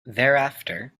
thereafter